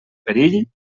perill